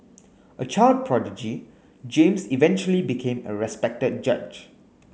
a child prodigy James eventually became a respected judge